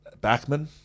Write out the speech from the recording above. Backman